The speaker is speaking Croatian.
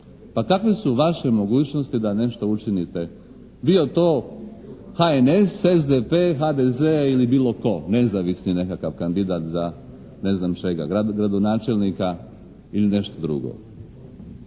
Pa kakve su vaše mogućnosti da nešto učinite? Bio to HNS, SDP, HDZ ili bilo tko, nezavisni nekakav kandidat za neznam čega, gradonačelnika ili nešto drugo.